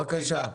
בבקשה.